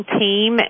team